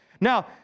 Now